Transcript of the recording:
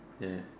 okay